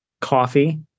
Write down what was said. coffee